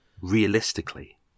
realistically